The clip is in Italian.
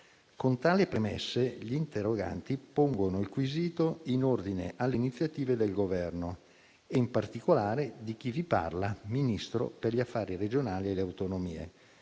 Con tali premesse, gli interroganti pongono il quesito in ordine alle iniziative del Governo e in particolare di chi vi parla, Ministro per gli affari regionali e le autonomie,